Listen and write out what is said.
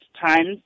times